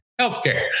healthcare